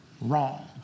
Wrong